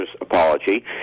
apology